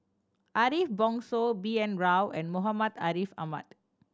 Ariff Bongso B N Rao and Muhammad Ariff Ahmad